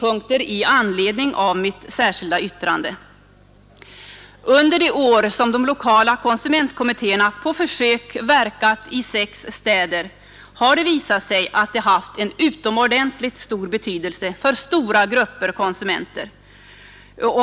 Under de år som de lokala konsumentkommittéerna på försök verkat i sex städer har det visat sig att de haft en utomordentlig betydelse för stora grupper konsumenter.